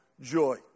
joy